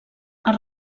els